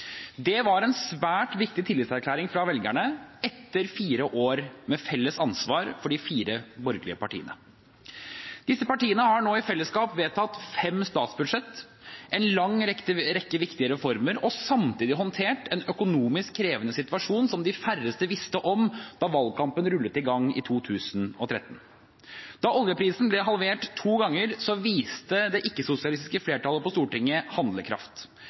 Det var en svært viktig tillitserklæring fra velgerne etter fire år med felles ansvar for de fire borgerlige partiene. Disse partiene har nå i fellesskap vedtatt fem statsbudsjett, en lang rekke viktige reformer og samtidig håndtert en økonomisk krevende situasjon som de færreste visste om da valgkampen rullet i gang i 2013. Da oljeprisen ble halvert to ganger, viste det ikke-sosialistiske flertallet på Stortinget handlekraft